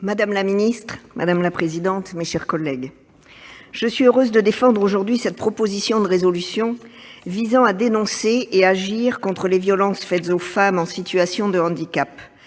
Madame la présidente, madame la secrétaire d'État, mes chers collègues, je suis heureuse de défendre aujourd'hui cette proposition de résolution visant à dénoncer et agir contre les violences faites aux femmes en situation de handicap.